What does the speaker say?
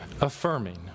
affirming